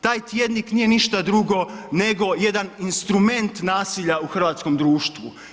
Taj tjednik nije ništa drugo nego jedan instrument nasilja u hrvatskom društvu.